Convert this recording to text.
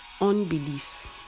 unbelief